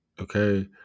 okay